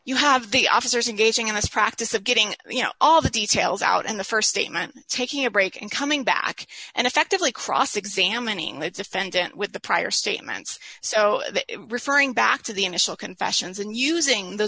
you have the officers engaging in this practice of getting you know all the details out in the st statement taking a break and coming back and effectively cross examining the defendant with the prior statements so referring back to the initial confessions and using th